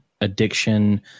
addiction